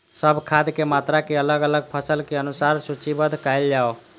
सब खाद के मात्रा के अलग अलग फसल के अनुसार सूचीबद्ध कायल जाओ?